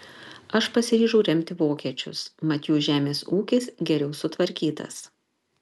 aš pasiryžau remti vokiečius mat jų žemės ūkis geriau sutvarkytas